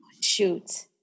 Shoot